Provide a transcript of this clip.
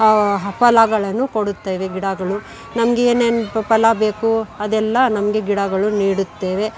ಫಲಗಳನ್ನು ಕೊಡುತ್ತವೆ ಗಿಡಗಳು ನಮಗೆ ಏನೇನು ಫಲ ಬೇಕು ಅದೆಲ್ಲ ನಮಗೆ ಗಿಡಗಳು ನೀಡುತ್ತವೆ